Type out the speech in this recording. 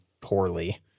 poorly